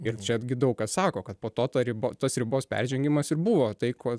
ir čia t gi daug kas sako kad po to ta riba tos ribos peržengimas ir buvo tai kuo